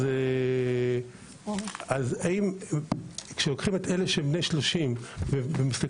אז כמעט פי שלושה יותר סיכויים להיכנס